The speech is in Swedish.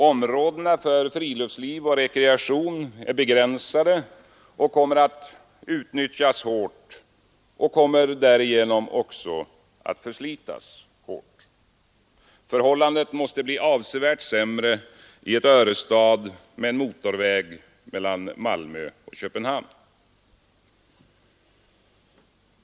Områdena för friluftsliv och rekreation är begränsade och kommer att utnyttjas hårt och därigenom också att förslitas hårt. Förhållandet måste bli avsevärt sämre i ett Örestad med en motorväg mellan Malmö och Köpenhamn.